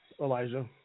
Elijah